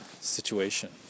situation